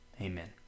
Amen